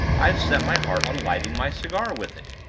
i've set my heart on lighting my cigar with it.